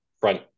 front